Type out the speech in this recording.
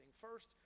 first